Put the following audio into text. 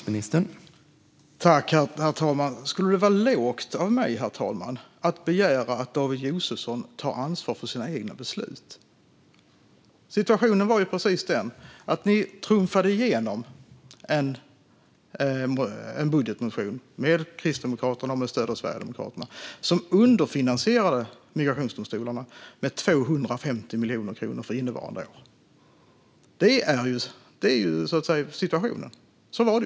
Herr talman! Skulle det vara lågt av mig att begära att David Josefsson tar ansvar för sina egna beslut? Situationen var den att Moderaterna och Kristdemokraterna trumfade igenom en budgetmotion med stöd av Sverigedemokraterna. I den underfinansierades migrationsdomstolarna med 250 miljoner kronor för innevarande år. Så ser situationen ut, och så var det.